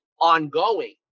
ongoing